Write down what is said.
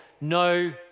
no